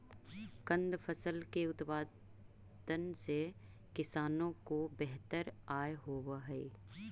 कंद फसल के उत्पादन से किसानों को बेहतर आय होवअ हई